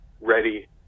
ready